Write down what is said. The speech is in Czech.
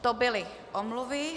To byly omluvy.